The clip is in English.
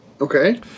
Okay